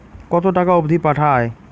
কতো টাকা অবধি পাঠা য়ায়?